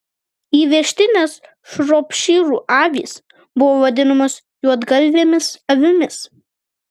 įvežtinės šropšyrų avys buvo vadinamos juodgalvėmis avimis